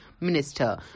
Minister